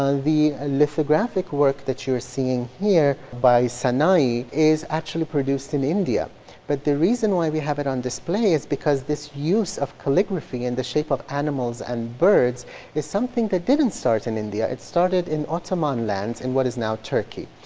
ah the ah lithographic work that you're seeing here by sanai is actually produced in india but the reason why we have it on display is because this use of calligraphy in the shape of animals and birds is something that didn't start in india, it started in ottoman lands in what is now turkey.